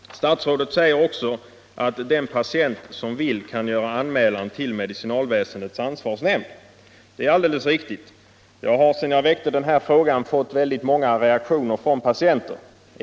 Statsrådet säger också att en patient kan göra anmälan till medicinalväsendets ansvarsnämnd. Det är alldeles riktugt. Jag har sedan jag väckte denna fråga fått många reaktioner från patienter.